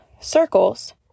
circles